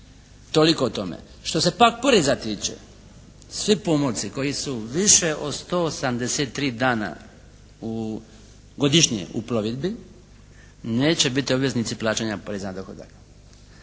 Toliko o tome. Što se pak poreza tiče, svi pomorci koji su više od 183 dana u godišnje u plovidbi, neće biti obveznici plaćanja poreza na dohodak.